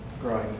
growing